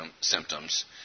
symptoms